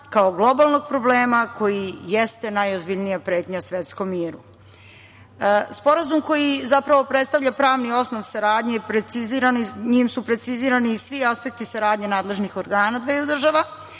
kao globalnog problema koji jeste najozbiljnija pretnja svetskom miru. Sporazum koji zapravo predstavlja pravni osnov saradnje, njime su precizirani i svi aspekti saradnje nadležnih organa dveju država,